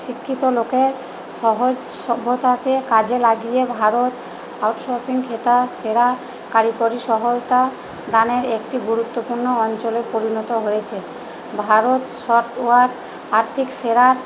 শিক্ষিত লোকের সহজ সভ্যতাকে কাজে লাগিয়ে ভারত আউটসোর্সিং খেতাব সেরা কারিগরি সহায়তা দানের একটি গুরুত্বপূর্ণ অঞ্চলে পরিণত হয়েছে ভারত সফটওয়্যার আর্থিক সেরার